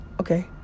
Okay